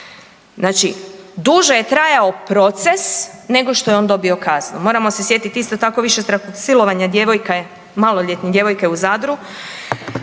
Znači duže je trajao proces nego što je on dobio kaznu. Moramo se sjetiti, isto tako, višestrukog silovanja djevojke, maloljetne djevojke u Zadru